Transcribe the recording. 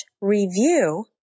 review